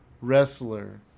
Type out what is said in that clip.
wrestler